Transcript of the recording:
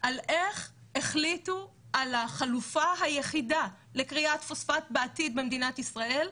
על איך החליטו על החלופה היחידה לכריית פוספט בעתיד במדינת ישראל,